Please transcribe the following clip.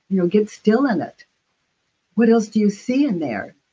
you know get still in it what else do you see in there?